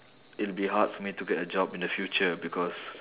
it'll be hard for me to get a job in the future because